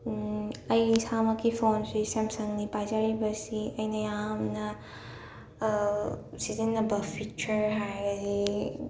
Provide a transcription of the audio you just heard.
ꯑꯩ ꯏꯁꯥꯃꯛꯀꯤ ꯐꯣꯟꯁꯤ ꯁꯦꯝꯁꯪꯅꯤ ꯄꯥꯏꯖꯔꯤꯕꯁꯤ ꯑꯩꯅ ꯌꯥꯝꯅ ꯁꯤꯖꯤꯟꯅꯕ ꯐꯤꯆꯔ ꯍꯥꯏꯔꯗꯤ